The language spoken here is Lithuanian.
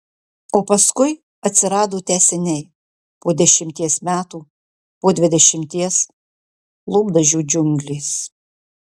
o paskui atsirado tęsiniai po dešimties metų po dvidešimties lūpdažių džiunglės